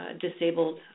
disabled